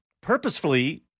purposefully